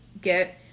get